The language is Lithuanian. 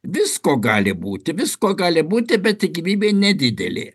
visko gali būti visko gali būti bet tikimybė nedidelė